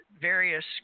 various